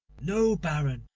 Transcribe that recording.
no, baron,